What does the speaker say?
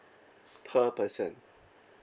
per person